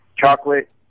chocolate